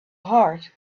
heart